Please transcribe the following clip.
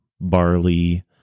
barley